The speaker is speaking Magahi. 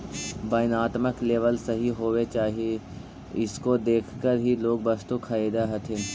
वर्णात्मक लेबल सही होवे चाहि इसको देखकर ही लोग वस्तु खरीदअ हथीन